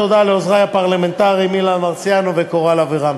תודה לעוזרי הפרלמנטריים אילן מרסיאנו וקורל אבירם.